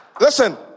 Listen